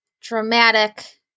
dramatic